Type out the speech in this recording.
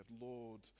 Lord